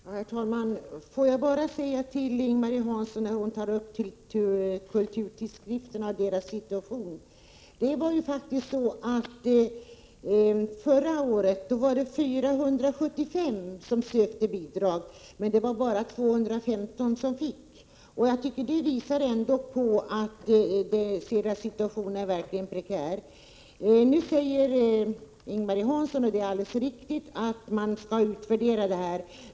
Herr talman! Får jag bara säga till Ing-Marie Hansson, när hon tar upp kulturtidskrifternas situation, att det faktiskt var 475 som sökte bidrag förra året, men bara 215 som fick. Jag tycker att det visar att situationen verkligen är prekär. Det är alldeles riktigt som Ing-Marie Hansson säger att utvärdering skall göras.